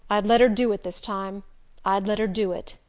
i'd let her do it this time i'd let her do it,